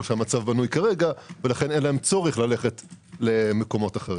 שהמצב בנוי כרגע ולכן אין להם צורך ללכת למקומות אחרים.